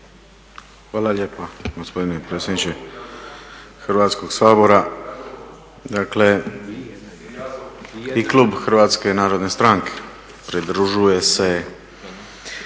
Hvala lijepa gospodine predsjedniče Hrvatskog sabora. Dakle i klub Hrvatske narodne stranke pridružuje se